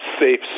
safe